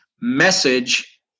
message